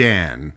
Dan